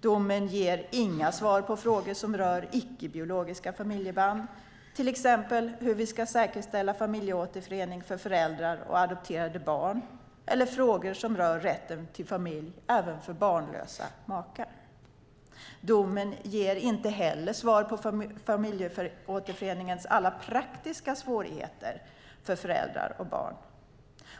Domen ger inga svar på frågor som rör icke-biologiska familjeband, till exempel hur vi ska säkerställa familjeåterförening för föräldrar och adopterade barn eller frågor som rör rätten till familj även för barnlösa makar. Domen ger inte heller svar på familjeåterföreningens alla praktiska svårigheter för föräldrar och barn.